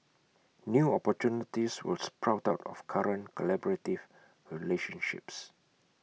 new opportunities will sprout out of current collaborative relationships